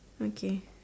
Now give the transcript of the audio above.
okay